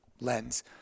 lens